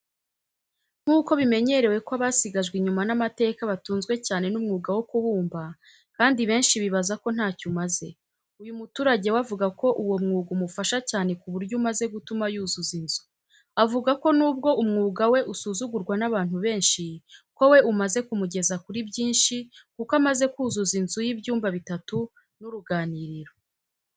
Nk’uko bimenyerewe ko abasigajwe inyuma n’amateka batunzwe cyane n’umwuga wo kubumba, kandi benshi bibaza ko ntacyo umaze, uyu muturage we avuga ko uwo mwuga umufasha cyane ku buryo umaze gutuma yuzuza inzu. Avuga ko n’ubwo umwuga we usuzugurwa n’abantu benshi, ko we umaze kumugeza kuri byinshi kuko amaze kuzuza inzu y’ibyumba bitatu n’uruganiriro.